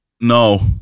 No